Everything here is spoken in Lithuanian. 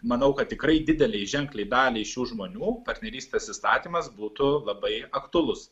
manau kad tikrai didelei ženkliai daliai šių žmonių partnerystės įstatymas būtų labai aktualus